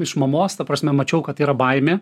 iš mamos ta prasme mačiau kad yra baimė